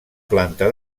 planta